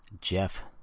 Jeff